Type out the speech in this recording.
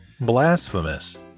Blasphemous